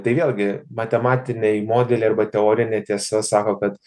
tai vėlgi matematiniai modeliai arba teorinė tiesa sako kad